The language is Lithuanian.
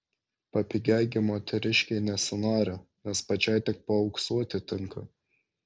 papigiai gi moteriškei nesinori nes pačiai tik paauksuoti tinka